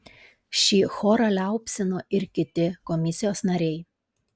šį chorą liaupsino ir kiti komisijos nariai